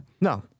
No